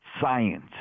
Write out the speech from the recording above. science